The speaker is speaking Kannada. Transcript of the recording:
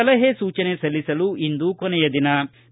ಸಲಹೆ ಸೂಚನೆ ಸಲ್ಲಿಸಲು ಇಂದು ಕೊನೆಯ ದಿನವಾಗಿದೆ